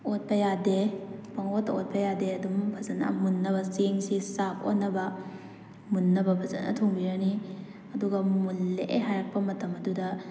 ꯑꯣꯠꯄ ꯌꯥꯗꯦ ꯄꯪꯑꯣꯠꯇ ꯑꯣꯠꯄ ꯌꯥꯗꯦ ꯑꯗꯨꯝ ꯐꯖꯅ ꯃꯨꯟꯅꯕ ꯆꯦꯡꯁꯦ ꯆꯥꯛ ꯑꯣꯟꯅꯕ ꯃꯨꯟꯅꯕ ꯐꯖꯅ ꯊꯣꯡꯕꯤꯔꯅꯤ ꯑꯗꯨꯒ ꯃꯨꯜꯂꯦ ꯍꯥꯏꯔꯛꯄ ꯃꯇꯝ ꯑꯗꯨꯗ